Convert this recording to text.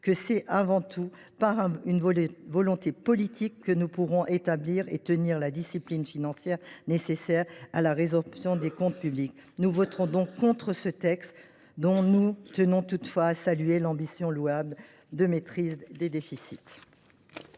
que c’est avant tout par une volonté politique que nous pourrons instaurer et tenir la discipline financière nécessaire à la résorption du déficit des comptes publics. Nous voterons donc contre ce texte, dont nous tenons toutefois à saluer l’ambition louable de maîtrise des déficits.